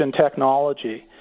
technology